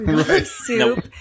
soup